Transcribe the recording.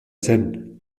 zen